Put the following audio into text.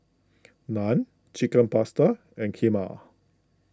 Naan Chicken Pasta and Kheema